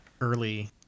early